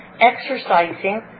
exercising